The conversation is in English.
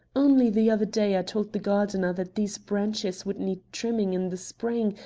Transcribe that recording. only the other day i told the gardener that these branches would need trimming in the spring,